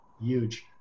Huge